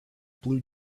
blue